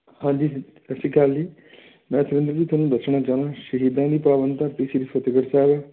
ਹਾਂਜੀ ਜੀ ਸਤਿ ਸ਼੍ਰੀ ਅਕਾਲ ਜੀ ਮੈਂ ਸਵਿੰਦਰ ਜੀ ਤੁਹਾਨੂੰ ਦੱਸਣਾ ਚਾਹੁੰਦਾ ਸ਼ਹੀਦਾਂ ਦੀ ਪਾਵਨ ਧਰਤੀ ਸ੍ਰੀ ਫਤਿਹਗੜ੍ਹ ਸਾਹਿਬ